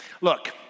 Look